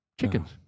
Chickens